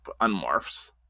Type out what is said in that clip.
unmorphs